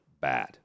bad